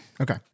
Okay